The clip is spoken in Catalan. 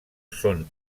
són